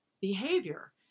behavior